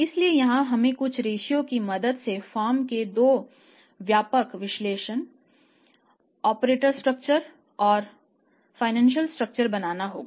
इसलिए यहां हमें कुछ रेश्यो बनाना होगा